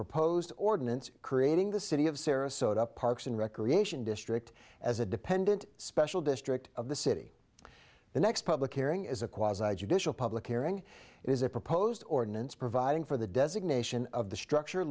proposed ordinance creating the city of sarasota parks and recreation district as a dependent special district of the city the next public hearing is a quasi judicial public hearing is a proposed ordinance providing for the designation of the structure